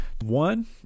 One